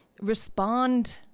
respond